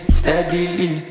steadily